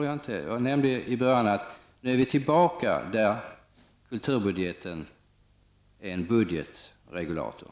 Jag nämnde i början att vi nu är tillbaka till att kulturbudgeten är en budgetregulator.